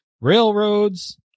Railroads